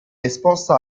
esposta